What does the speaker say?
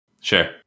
Sure